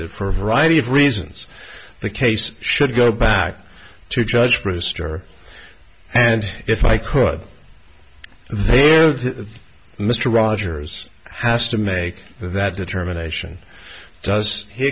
that for a variety of reasons the case should go back to judge brewster and if i could they know that mr rogers has to make that determination does he